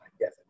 Yes